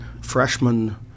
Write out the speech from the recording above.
freshman